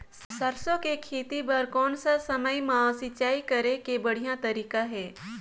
सरसो के खेती बार कोन सा समय मां सिंचाई करे के बढ़िया तारीक हे?